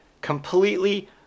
completely